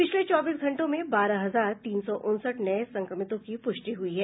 पिछले चौबीस घंटों में बारह हजार तीन सौ उनसठ नये संक्रमितों की पृष्टि हुई है